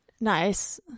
Nice